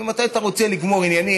ומתי אתה רוצה לגמור עניינים,